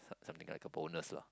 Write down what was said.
some something likea bonus lah